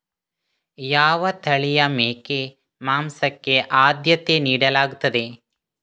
ಯಾವ ತಳಿಯ ಮೇಕೆ ಮಾಂಸಕ್ಕೆ ಆದ್ಯತೆ ನೀಡಲಾಗ್ತದೆ?